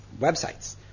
websites